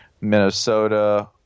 Minnesota